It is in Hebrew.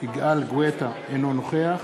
אינו נוכח